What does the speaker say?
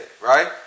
right